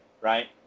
right